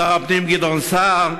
שר הפנים גדעון סער.